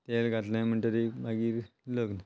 ते तेल घातलें म्हणटरी मागीर लग्न